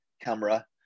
camera